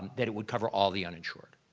that it would cover all the uninsured,